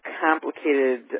complicated